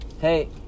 Hey